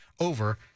over